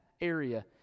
area